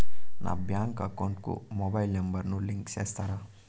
నా bank account కు mobile number ను లింకు చేస్తారా?